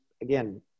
again